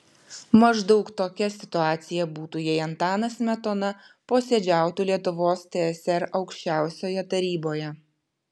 maždaug tokia situacija būtų jei antanas smetona posėdžiautų lietuvos tsr aukščiausioje taryboje